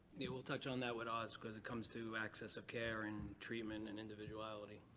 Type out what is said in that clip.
yeah. we'll touch on that with ours, because it comes to access of care and treatment and individuality.